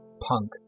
punk